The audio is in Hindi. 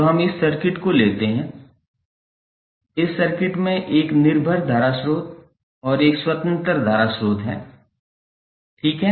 तो हम इस सर्किट को लेते हैं इस सर्किट में एक निर्भर धारा स्रोत और एक स्वतंत्र धारा स्रोत है ठीक है